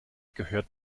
gehört